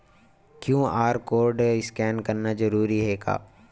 QR code scan करना जरूरी हे का?